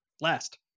Last